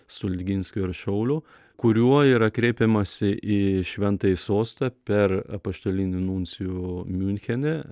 stulginskio ir šaulio kuriuo yra kreipiamasi į šventąjį sostą per apaštalinį nuncijų miunchene